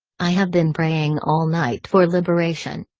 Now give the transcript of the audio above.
i have been praying all night for liberation.